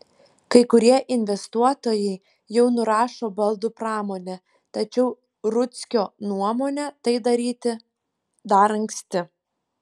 kai kurie investuotojai jau nurašo baldų pramonę tačiau rudzkio nuomone tai daryti dar anksti